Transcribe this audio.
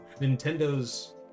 Nintendo's